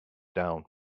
down